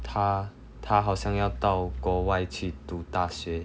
他他好像要到国外去读大学